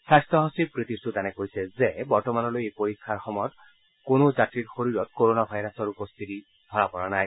স্বাস্থ্য সচিব প্ৰীতি চূডানে কৈছে যে বৰ্তমানলৈ এই পৰীক্ষাৰ সময়ত কোনো যাত্ৰীৰ শৰীৰত কোৰোনা ভাইৰাছৰ উপস্থিতি ধৰা পৰা নাই